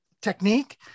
technique